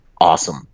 awesome